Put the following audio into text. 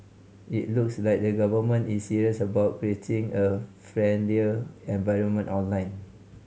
it looks like the Government is serious about creating a friendlier environment online